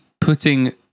putting